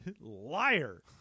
Liar